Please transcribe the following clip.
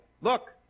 Look